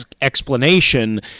explanation